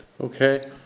Okay